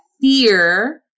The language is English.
fear